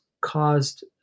caused